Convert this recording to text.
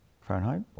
Fahrenheit